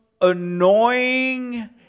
annoying